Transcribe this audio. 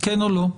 כן או לא?